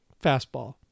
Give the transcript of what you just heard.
Fastball